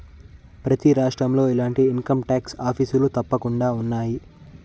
ప్రతి రాష్ట్రంలో ఇలాంటి ఇన్కంటాక్స్ ఆఫీసులు తప్పకుండా ఉన్నాయి